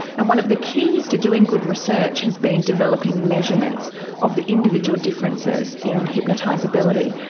and one of the keys to doing good research has been developing measurements of the individual differences in hypnotisability.